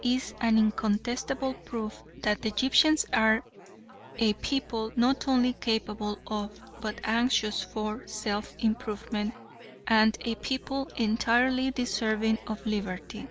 is an incontestable proof that the egyptians are a people not only capable of, but anxious for, self-improvement, and a people entirely deserving of liberty.